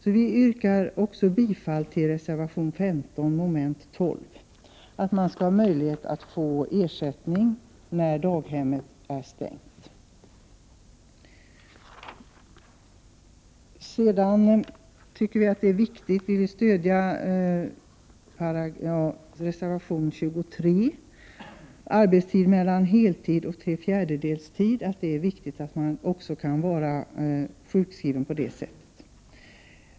Jag vill därför också yrka bifall till reservation 15, som gäller mom. 12, där det föreslås att förälder skall kunna få ersättning när daghemmet är stängt. Miljöpartiet vill stödja reservation 23 om arbetstid mellan heltid och tre fjärdedelstid, därför att det är viktigt att man också kan vara sjukskriven på det sättet.